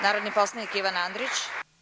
Narodni poslanik Ivan Andrić.